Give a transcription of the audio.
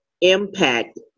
impact